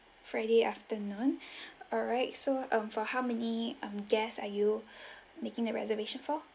friday afternoon alright so um for how many um guests are you making the reservation for